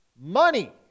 Money